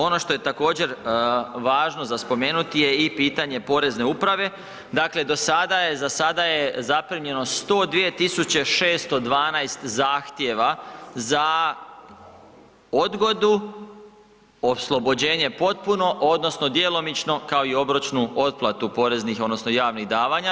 Ono što je također važno za spomenuti je i pitanje Porezne uprave, dakle do sada je, za sada je zaprimljeno 102.612 zahtjeva za odgodu, oslobođenje potpuno odnosno djelomično kao i obročnu otplatu poreznih odnosno javnih davanja.